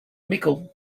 mickle